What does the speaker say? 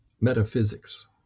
metaphysics